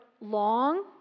long